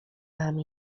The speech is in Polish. mam